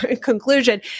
conclusion